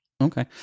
Okay